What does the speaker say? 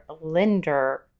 lender